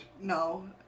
No